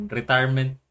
retirement